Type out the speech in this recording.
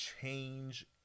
change